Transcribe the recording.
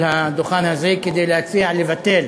על הדוכן הזה כדי להציע לבטל